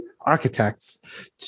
architects